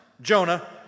Jonah